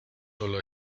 solo